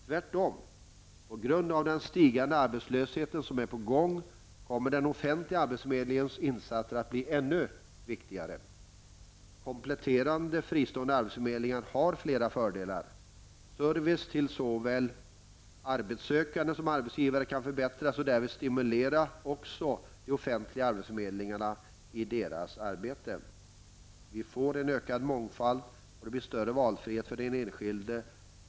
Tvärtom kommer den offentliga arbetsförmedlingens insatser att bli ännu viktigare på grund av den stigande arbetslösheten som nu är på gång. Kompletterande fristående arbetsförmedlingar har flera fördelar. Service till såväl arbetssökande som arbetsgivare kan förbättras och därvid också stimulera de offentliga arbetsförmedlingarna i deras arbete. Vi får en ökad mångfald, och det blir en större valfrihet för den enskilde.